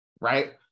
right